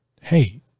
hey